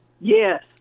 yes